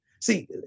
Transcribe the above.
See